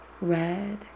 red